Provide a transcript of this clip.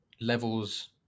levels